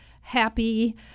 happy